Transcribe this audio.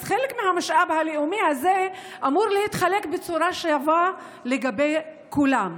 אז חלק מהמשאב הלאומי הזה אמור להתחלק בצורה שווה לגבי כולם.